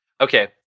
okay